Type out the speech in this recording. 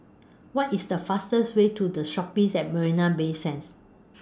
What IS The fastest Way to The Shoppes At Marina Bay Sands